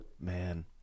Man